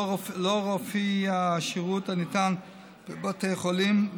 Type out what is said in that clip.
לאור אופי השירות הניתן בבתי החולים,